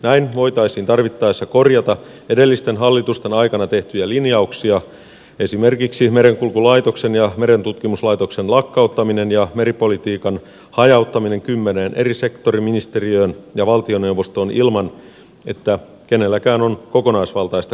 näin voitaisiin tarvittaessa korjata edellisten hallitusten aikana tehtyjä linjauksia esimerkiksi merenkulkulaitoksen ja merentutkimuslaitoksen lakkauttaminen ja meripolitiikan hajauttaminen kymmeneen eri sektoriministeriöön ja valtioneuvostoon ilman että kenelläkään on kokonaisvaltaista koordinaatiovastuuta